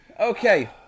Okay